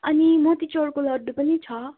अनि मोतीचुरको लड्डु पनि छ